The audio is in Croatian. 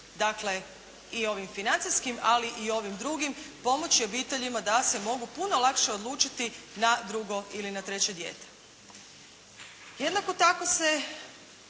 dakle i ovim financijskim, ali i ovim drugim pomoći obiteljima da se mogu puno lakše odlučiti na drugo ili na treće dijete. Jednako tako se